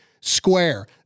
Square